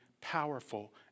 powerful